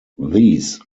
these